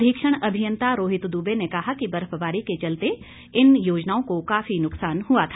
अधिक्षण अभियंता रोहित दुबे ने कहा कि बर्फबारी के चलते इन योजनाओं को काफी नुकसान हुआ था